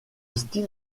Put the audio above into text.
style